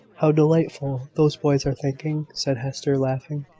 how delightful those boys are thinking, said hester, laughing.